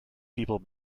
people